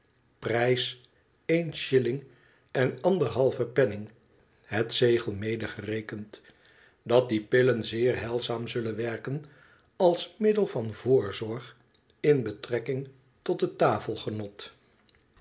een shilling en anderhalven penning het zegel medegerekend dat die pillen zeer heilzaam zullen werken als middel van voorzorg in betrekking tot het